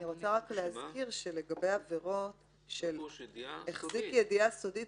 אני רוצה רק להזכיר שלגבי עבירות כמו "החזיק ידיעה סודית